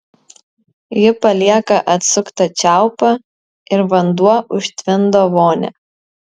ji palieka atsuktą čiaupą ir vanduo užtvindo vonią